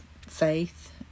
faith